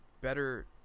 better